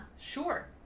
Sure